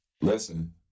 Listen